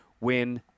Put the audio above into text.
win